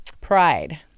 Pride